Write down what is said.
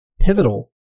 pivotal